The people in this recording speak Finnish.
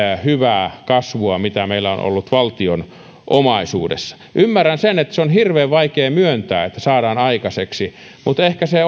hyvää kasvua mitä meillä on ollut valtion omaisuudessa ymmärrän sen että on hirveän vaikea myöntää että saadaan aikaiseksi mutta ehkä se